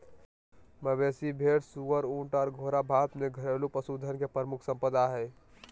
मवेशी, भेड़, सुअर, ऊँट आर घोड़ा भारत में घरेलू पशुधन के प्रमुख संपदा हय